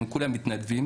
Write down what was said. הם כולם מתנדבים.